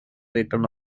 written